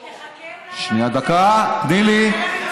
תחכה אולי לממצאים, שנייה, דקה, תני לי.